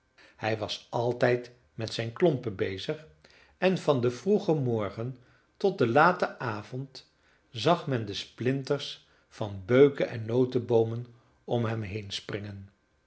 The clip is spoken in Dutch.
hij was altijd met zijn klompen bezig en van den vroegen morgen tot den laten avond zag men de splinters van beukeen noteboomen om hem heen springen